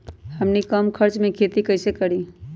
हमनी कम खर्च मे खेती कई से करी?